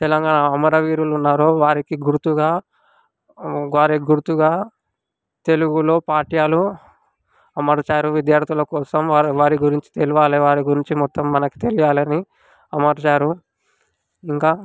తెలంగాణ అమరవీరులు ఉన్నారో వారికి గుర్తుగా వారి గుర్తుగా తెలుగులో పాఠ్యాలు అమర్చారు విద్యార్దులు కోసం వారి వారి గురించి తెలవాలి వారి గురించి మొత్తం మనకి తెలియాలి అని అమర్చారు ఇంకా